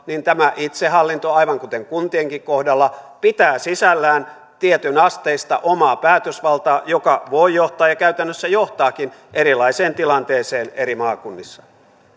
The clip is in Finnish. niin tämä itsehallinto aivan kuten kuntienkin kohdalla pitää sisällään tietynasteista omaa päätösvaltaa joka voi johtaa ja käytännössä johtaakin erilaisiin tilanteisiin eri maakunnissa